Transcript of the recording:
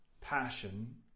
passion